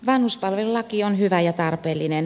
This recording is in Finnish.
vanhuspalvelulaki on hyvä ja tarpeellinen